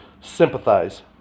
sympathize